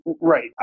right